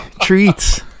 treats